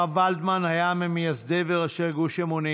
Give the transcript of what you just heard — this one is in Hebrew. הרב ולדמן היה ממייסדי וראשי גוש אמונים